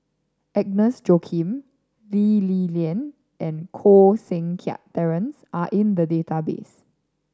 Agnes Joaquim Lee Li Lian and Koh Seng Kiat Terence are in the database